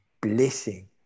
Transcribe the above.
blessing